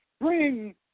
Bring